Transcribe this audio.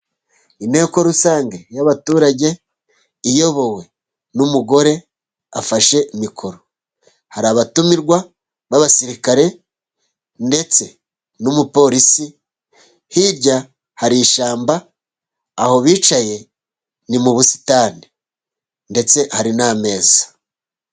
Inteko rusange y'abaturage. Iyobowe n'umugore afashe mikoro, hari abatumirwa b'abasirikare ndetse n'umupolisi, hirya hari ishyamba aho bicaye ni mu busitani ndetse hari n'ameza.